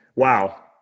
Wow